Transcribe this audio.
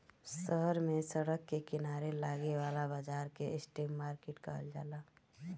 शहर में सड़क के किनारे लागे वाला बाजार के स्ट्रीट मार्किट कहल जाला